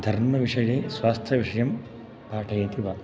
धर्मविषये स्वास्थ्यविषयं पाठयति वा